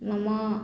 मम